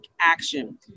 action